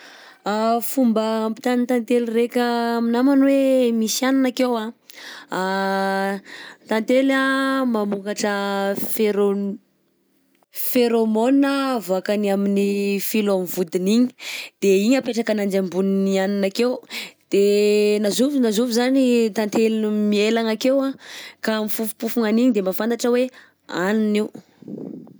Fomba ampitan'ny tantely raika am'namany hoe misy hanina akeo anh, tantely anh mamokatra phéron- phéromone anh avoakany amin'ny filo am'vodiny igny, de igny apetraka ananjy ambonin'ny hanina akeo, de na zovy na zovy zany tantely mielagna akeo anh ka mifofopofogna an'igny de mahafantatra hoe hanina io.